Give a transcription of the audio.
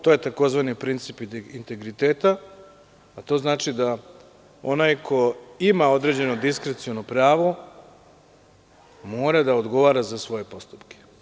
To je tzv. princip integriteta, a to znači da onaj ko ima određeno diskreciono pravo mora da odgovara za svoje postupke.